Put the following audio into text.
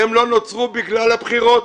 הן לא נוצרו בגלל הבחירות,